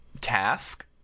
Task